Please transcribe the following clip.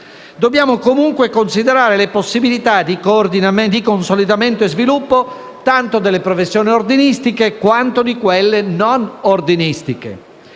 Dobbiamo comunque considerare le possibilità di consolidamento e sviluppo tanto delle professioni ordinistiche, quanto di quelle non ordinistiche.